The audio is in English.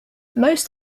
most